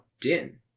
Din